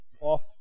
off